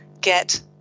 get